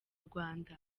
rwanda